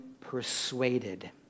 persuaded